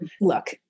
look